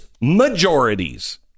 majorities